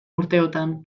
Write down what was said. urteotan